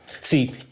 See